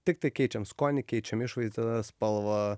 tiktai keičiam skonį keičiam išvaizdą spalvą